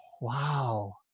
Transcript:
wow